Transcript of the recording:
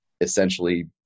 essentially